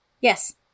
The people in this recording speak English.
Yes